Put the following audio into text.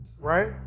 right